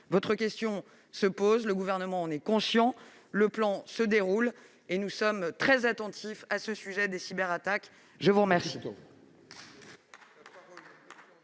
Votre question se pose- le Gouvernement en est conscient -, le plan se déroule et nous sommes très attentifs à ce sujet des cyberattaques. La parole